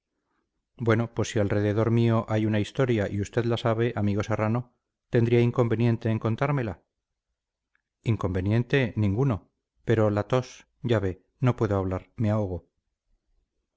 bueno pues si alrededor mío hay una historia y usted la sabe amigo serrano tendría inconveniente en contármela inconveniente ninguno pero la tos ya ve no puedo hablar me ahogo